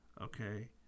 okay